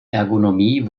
ergonomie